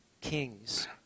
kings